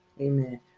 Amen